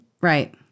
Right